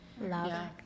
love